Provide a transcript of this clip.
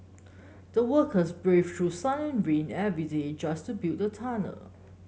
the workers braved through sun and rain every day just to build the tunnel